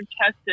tested